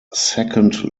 second